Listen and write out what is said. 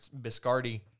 Biscardi